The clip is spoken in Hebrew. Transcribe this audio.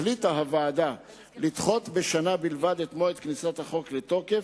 החליטה הוועדה לדחות בשנה בלבד את מועד כניסת החוק לתוקף,